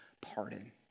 pardon